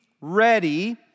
ready